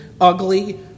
ugly